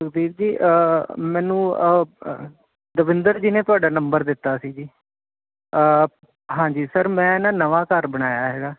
ਸੁਖਦੀਪ ਜੀ ਮੈਨੂੰ ਦਵਿੰਦਰ ਜੀ ਨੇ ਤੁਹਾਡਾ ਨੰਬਰ ਦਿੱਤਾ ਸੀ ਜੀ ਹਾਂਜੀ ਸਰ ਮੈਂ ਨਾ ਨਵਾਂ ਘਰ ਬਣਾਇਆ ਹੈਗਾ